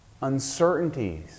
uncertainties